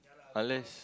unless